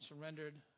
surrendered